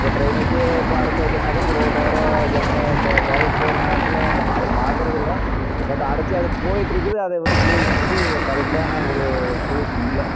இப்போ டிரைனேஜு இப்போ அடைச்சாச்சினாக்கா இப்போ ரோட்டோரம் ஜனங்கள் இப்போ வேலைக்கு போகிற நேரத்தில் நம்ம அது பார்க்குறதில்ல பட் அடச்சு அது போயிட்டிருக்குது அதை வந்து கிளியர் பண்ணுறக்கு ஒரு கரெக்டான ஒரு சொல்யூசன் இல்லை